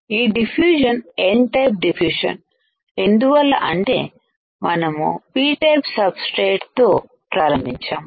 ఈ diffusion N type diffusion ఎందువల్ల అంటే మనం P టైపు సబ్ స్ట్రేట్ తో ప్రారంభించాము